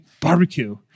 barbecue